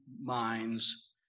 minds